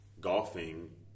golfing